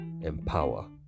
empower